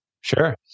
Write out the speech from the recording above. Sure